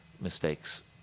mistakes